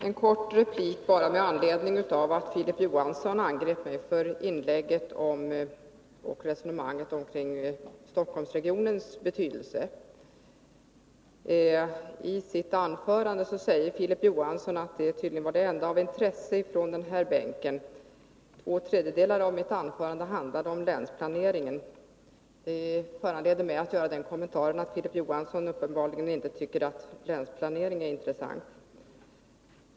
Herr talman! Bara en kort replik med anledning av att Filip Johansson angrep mig för det resonemang jag förde i mitt tidigare inlägg om Stockholmsregionens betydelse. Filip Johansson säger att det tydligen var det enda av intresse från den här bänken. Två tredjedelar av mitt anförande handlade om länsplaneringen. Det föranleder mig att göra den kommentaren att Filip Johansson uppenbarligen inte tycker att länsplaneringen är intressant.